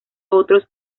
otros